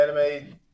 Anime